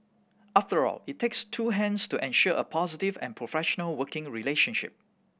after all it takes two hands to ensure a positive and professional working relationship